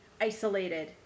isolated